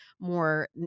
more